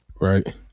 Right